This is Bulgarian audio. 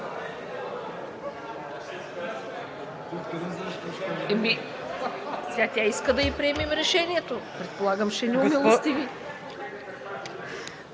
Тя иска да ѝ приемам решението. Предполагам, че ще ни омилостиви.